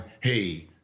hey